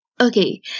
okay